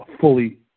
fully